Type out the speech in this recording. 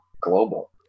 global